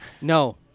No